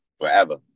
forever